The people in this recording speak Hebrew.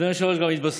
אדוני היושב ראש,